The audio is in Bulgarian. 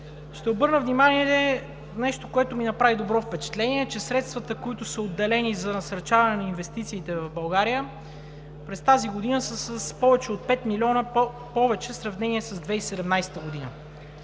Ще обърна внимание на нещо, което ми направи добро впечатление, че средствата, които са отделени за насърчаване на инвестициите в България, през тази година са с повече от пет милиона в сравнение с 2017 г.